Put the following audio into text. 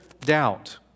doubt